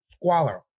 Squalor